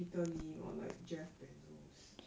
peter lim or like jeff bezos